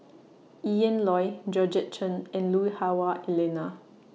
Ian Loy Georgette Chen and Lui Hah Wah Elena